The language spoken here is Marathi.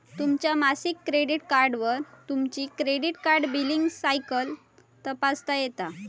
तुमच्या मासिक क्रेडिट कार्डवर तुमची क्रेडिट कार्ड बिलींग सायकल तपासता येता